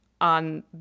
on